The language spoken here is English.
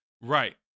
Right